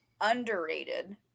underrated